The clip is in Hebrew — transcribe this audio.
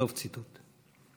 סוף ציטוט.